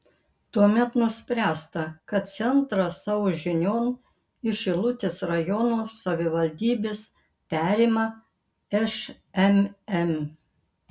tuomet nuspręsta kad centrą savo žinion iš šilutės rajono savivaldybės perima šmm